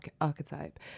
archetype